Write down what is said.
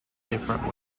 different